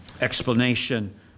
explanation